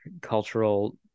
cultural